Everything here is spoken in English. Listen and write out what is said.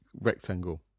rectangle